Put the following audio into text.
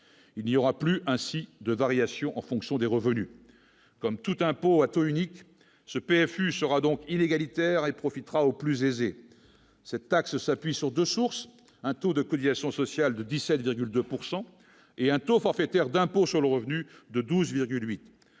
il n'y aura plus ainsi de variations en fonction des revenus comme tout impôt à taux unique ce PF sera donc inégalitaire et profitera aux plus aisés, cette taxe s'appuie sur 2 sources : un taux de cotisations sociales de 17,2 pourcent et un temps forfaitaire d'impôt sur le revenu de 12,8